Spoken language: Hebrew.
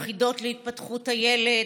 יחידות להתפתחות הילד,